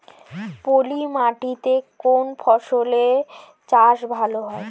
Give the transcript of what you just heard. পলি মাটিতে কোন ফসলের চাষ ভালো হয়?